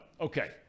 okay